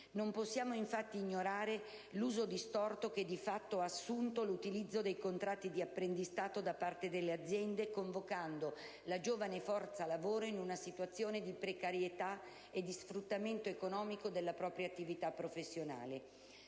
Non possiamo, infatti, ignorare l'uso distorto che di fatto ha assunto l'utilizzo dei contratti di apprendistato da parte delle aziende, collocando la giovane forza lavoro in una situazione di precarietà e di sfruttamento economico della propria attività professionale.